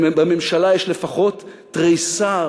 בממשלה יש לפחות תריסר